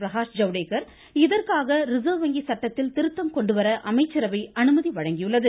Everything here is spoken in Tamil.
பிரகாஷ் ஜவ்டேகர் இதற்காக ரிசர்வ் வங்கி சட்டத்தில் திருத்தம் கொண்டுவர அமைச்சரவை அனுமதி அளித்துள்ளது